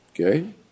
Okay